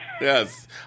Yes